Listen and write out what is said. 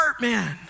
man